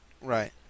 Right